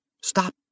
Stop